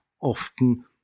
often